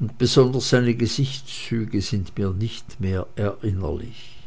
und besonders seine gesichtszüge sind mir nicht mehr erinnerlich